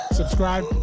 subscribe